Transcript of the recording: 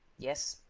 yes,